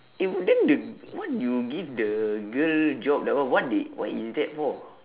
eh then the what you give the girl job that one what they what is that for